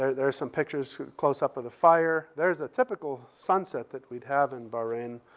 there there are some pictures, closeup of the fire. there's a typical sunset that we'd have in bahrain.